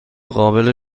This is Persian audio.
قابل